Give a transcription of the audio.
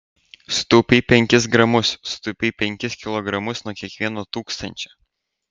sutaupei penkis gramus sutaupei penkis kilogramus nuo kiekvieno tūkstančio